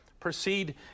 Proceed